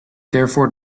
therefore